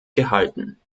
gehalten